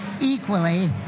equally